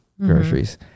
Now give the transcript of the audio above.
groceries